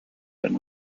been